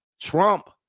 Trump